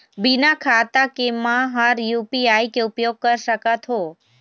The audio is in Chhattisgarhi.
बिना खाता के म हर यू.पी.आई के उपयोग कर सकत हो?